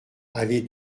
allée